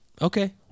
Okay